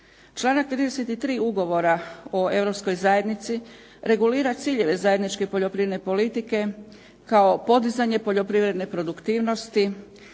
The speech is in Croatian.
Članak 53. Ugovora o europskoj zajednici regulira ciljeve zajedničke poljoprivredne politike kao podizanje poljoprivredne produktivnosti,